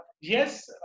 yes